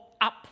up